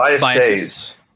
Biases